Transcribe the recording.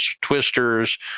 twisters